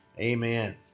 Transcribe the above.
Amen